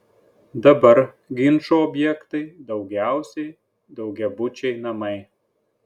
dabar ginčų objektai daugiausiai daugiabučiai namai